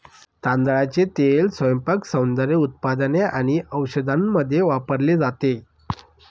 तांदळाचे तेल स्वयंपाक, सौंदर्य उत्पादने आणि औषधांमध्ये वापरले जाते